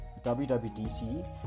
WWDC